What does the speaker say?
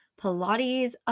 Pilates